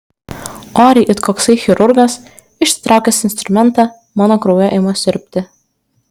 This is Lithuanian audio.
oriai it koksai chirurgas išsitraukęs instrumentą mano kraują ima siurbti